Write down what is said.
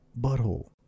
butthole